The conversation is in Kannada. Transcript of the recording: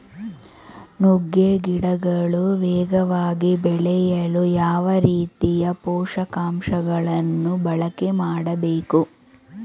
ನುಗ್ಗೆ ಗಿಡಗಳು ವೇಗವಾಗಿ ಬೆಳೆಯಲು ಯಾವ ರೀತಿಯ ಪೋಷಕಾಂಶಗಳನ್ನು ಬಳಕೆ ಮಾಡಬೇಕು?